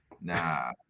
Nah